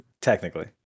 Technically